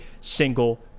single